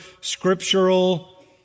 scriptural